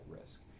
risk